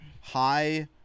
high